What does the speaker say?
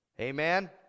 Amen